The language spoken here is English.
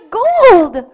gold